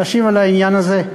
להשיב על העניין הזה.